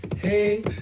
hey